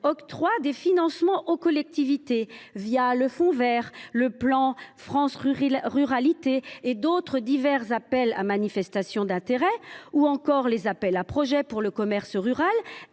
octroient des financements aux collectivités le fonds vert, le plan France Ruralités, divers appels à manifestation d’intérêt ou encore les appels à projets pour le commerce rural,